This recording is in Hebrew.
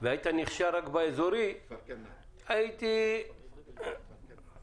ונכשל רק בתאגוד אזורי הייתי -- נכון.